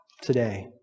today